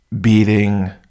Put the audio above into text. beating